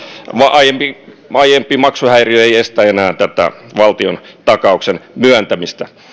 aiempi aiempi maksuhäiriö ei estä enää tätä valtiontakauksen myöntämistä